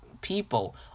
people